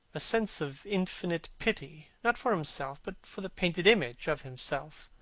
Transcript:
a sense of infinite pity, not for himself, but for the painted image of himself,